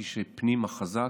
כי כשהפנים חזק,